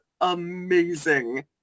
amazing